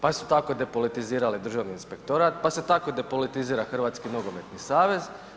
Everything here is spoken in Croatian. Pa su tako depolitizirali Državni inspektorat, pa se tako depolitizira Hrvatski nogometni savez.